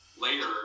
later